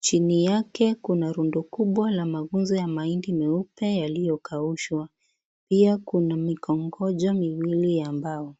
chini yake kuna rundo kubwa la maguzo ya mahindi meupe yalio kaushwa pia kuna mikongoja miwili ya mbao.